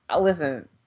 listen